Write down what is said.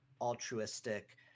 altruistic